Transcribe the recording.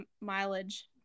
mileage